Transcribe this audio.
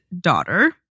daughter